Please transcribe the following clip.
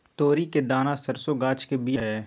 तोरी के दना सरसों गाछ के बिया होइ छइ